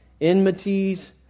enmities